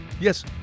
Yes